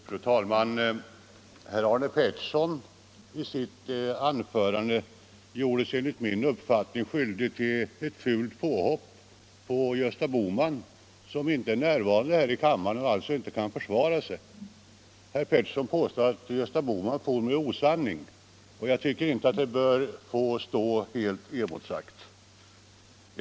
Fru talman! Herr Arne Pettersson i Malmö gjorde sig enligt min uppfattning skyldig till ett fult påhopp på Gösta Bohman, som inte är närvarande i kammaren och alltså inte kan försvara sig. Herr Pettersson påstod att Gösta Bohman for med osanning, och jag tycker inte att det bör få stå helt oemotsagt.